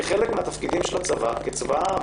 כחלק מהתפקידים של הצבא כצבא העם.